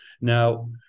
Now